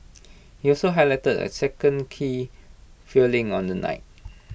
he also highlighted A second key failing on the night